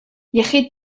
iechyd